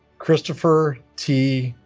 christopher t.